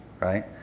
right